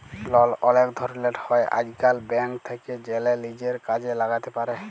লল অলেক ধরলের হ্যয় আইজকাল, ব্যাংক থ্যাকে জ্যালে লিজের কাজে ল্যাগাতে পার